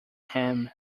ham